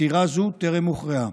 עתירה זו טרם הוכרעה.